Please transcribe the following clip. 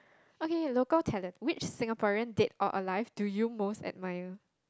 okay local talent which Singaporean dead or alive do you most admire